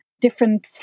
different